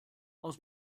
aus